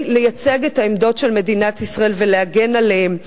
לייצג את העמדות של מדינת ישראל ולהגן עליהן,